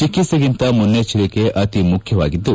ಚಿಕಿತ್ಸೆಗಿಂತ ಮುನೈಚ್ಲರಿಕೆ ಅತಿ ಮುಖ್ಯವಾಗಿದ್ದು